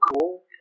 cool